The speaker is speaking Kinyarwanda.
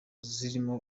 zirimo